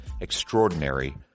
extraordinary